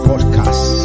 Podcast